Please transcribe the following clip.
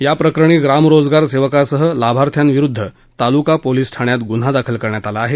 याप्रकरणी ग्रामरोजगार सेवकासह लाभार्थ्यांविरुध्द तालुका पोलिस ठाण्यात गुन्हा दाखल करण्यात आला आहे